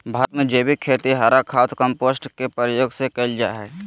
भारत में जैविक खेती हरा खाद, कंपोस्ट के प्रयोग से कैल जा हई